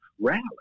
rally